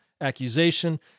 accusation